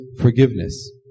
forgiveness